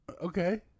Okay